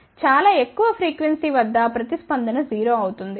కాబట్టిచాలా ఎక్కువ ఫ్రీక్వెన్సీ వద్ద ప్రతిస్పందన 0 అవుతుంది